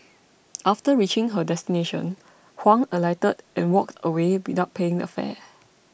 after reaching her destination Huang alighted and walked away without paying the fare